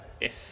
Yes